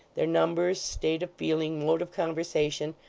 their numbers, state of feeling, mode of conversation,